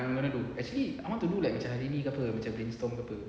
I'm gonna do actually I want to do like macam hari ni ke apa macam brainstorm ke apa